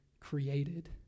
created